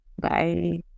Bye